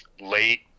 late